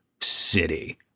city